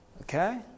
Okay